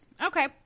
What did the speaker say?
Okay